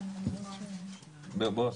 ארבעה.